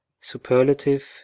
superlative